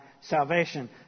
salvation